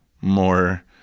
more